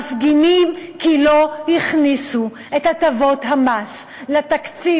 מפגינים כי לא הכניסו את הטבות המס לתקציב